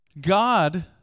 God